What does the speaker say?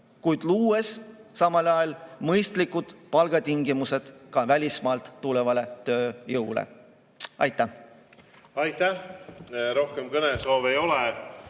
kuid luues samal ajal mõistlikud palgatingimused ka välismaalt tulevale tööjõule. Aitäh! Aitäh! Rohkem kõnesoove ei ole.